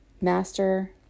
Master